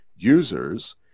users